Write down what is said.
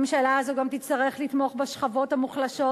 הממשלה הזאת גם תצטרך לתמוך בשכבות המוחלשות